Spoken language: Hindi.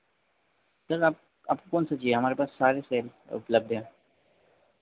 सर आप आपको कौन सा चाहिए हमारे पास सारे सेल उपलब्ध हैं